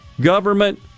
government